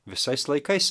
visais laikais